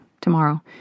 tomorrow